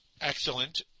excellent